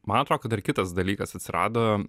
man atrodo kad dar kitas dalykas atsirado